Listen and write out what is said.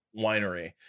winery